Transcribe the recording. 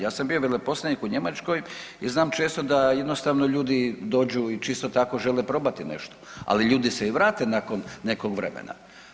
Ja sam bio veleposlanik u Njemačkoj i znam često da jednostavno ljudi dođu i čisto tako žele probati nešto, ali ljudi se i vrate nakon nekog vremena.